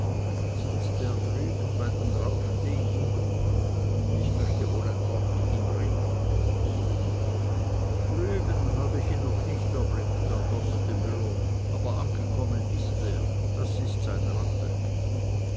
sitzt er drüben bei den raufdegen ich möchte wohl ein wort mit ihm reden drüben hab ich ihn noch nicht erblickt antwortete müller aber angekommen ist er das ist sein rappe